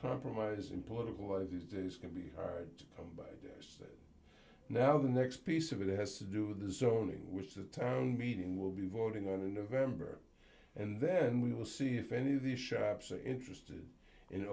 compromise in political life these days can be hard to come now the next piece of it has to do with zoning which the town meeting will be voting on in november and then we will see if any of these shops are interested in